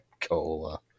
Cola